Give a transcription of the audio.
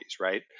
right